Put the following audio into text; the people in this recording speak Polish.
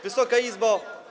Wysoka Izbo!